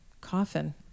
coffin